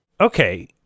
Okay